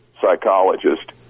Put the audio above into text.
psychologist